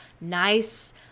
nice